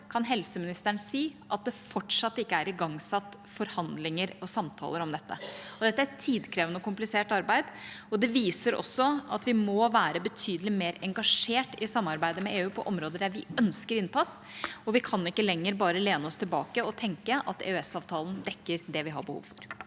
kan helseministeren si at det fortsatt ikke er igangsatt forhandlinger og samtaler om dette – og dette er tidkrevende og komplisert arbeid. Det viser også at vi må være betydelig mer engasjert i samarbeidet med EU på områder der vi ønsker innpass, og vi kan ikke lenger bare lene oss tilbake og tenke at EØS-avtalen dekker det vi har behov for.